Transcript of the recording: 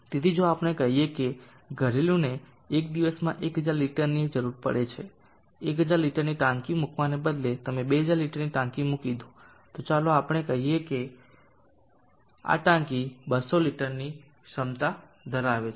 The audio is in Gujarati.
તેથી જો આપણે કહીએ કે ઘરેલુને એક દિવસમાં 1000 લિટરની જરૂર પડે છે 1000 લિટરની ટાંકી મૂકવાને બદલે તમે 2000 લિટરની ટાંકી મૂકી દો તો ચાલો આપણે કહીએ કે આ ટાંકી 200 લિટરની ક્ષમતા ધરાવે છે